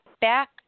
back